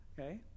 okay